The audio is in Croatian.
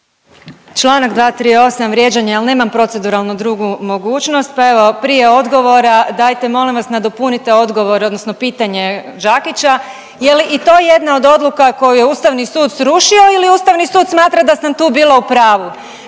Čl. 238. vrijeđanje, al nemam proceduralno drugu mogućnost, pa evo prije odgovora dajte molim vas nadopunite odgovor odnosno pitanje Đakića, je li i to jedna od odluka koju je Ustavni sud srušio ili Ustavni sud smatra da sam tu bila u pravu?